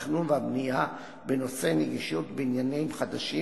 התכנון והבנייה בנושא נגישות בניינים חדשים,